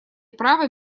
права